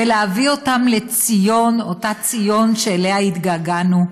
ולהביא אותם לציון, אותה ציון שאליה התגעגענו?